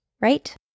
right